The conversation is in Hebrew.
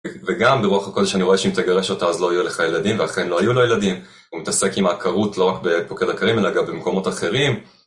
וגם ברוח הכול שאני רואה שאם תגרש אותה אז לא יהיו לך ילדים ואכן לא היו לו ילדים הוא מתעסק עם העקרות לא רק בפוקד עקרים אלא גם במקומות אחרים